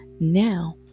Now